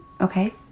okay